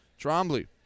Trombley